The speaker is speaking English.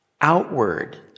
outward